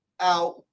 out